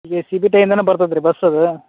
A C ಬಿಟ್ಟು ಏನೇನು ಬರ್ತದೆ ರಿ ಬಸ್ ಅದು